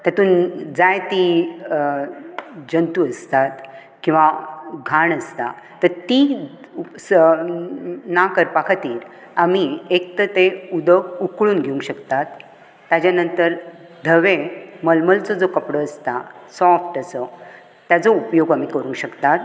तातूंत जाय तीं जंतू असतात किंवा घाण आसता तर ती स ना करपा खातीर आमी एक तर ते उदक उकळून घेंवक शकतात ताजें नंतर धवें मलमलचो जो कपडो आसता सोफ्ट असो ताजो उपयोग आमी करूंक शकतात